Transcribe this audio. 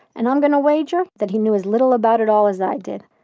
and um going to wager that he knew as little about it all as i did.